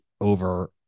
over